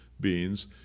beings